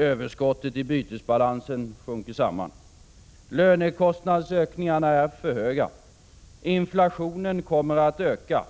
Överskottet i bytesbalansen sjunker samman. Lönekostnadsökningarna är för höga. Inflationen kommer att öka.